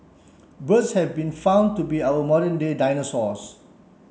birds have been found to be our modern day dinosaurs